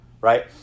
Right